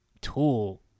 tool